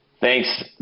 Thanks